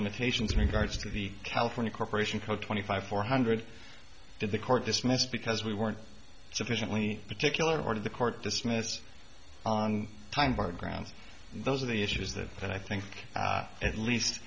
limitations in regards to the california corporation code twenty five four hundred did the court dismissed because we weren't sufficiently particular ordered the court dismissed on time bar grounds and those are the issues that i think at least